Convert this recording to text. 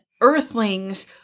earthlings